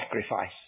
sacrifice